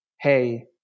hey